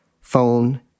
phone